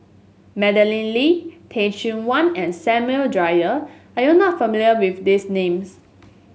Madeleine Lee Teh Cheang Wan and Samuel Dyer are you not familiar with these names